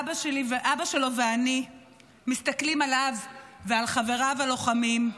אבא שלו ואני מסתכלים עליו ועל חבריו הלוחמים,